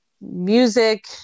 Music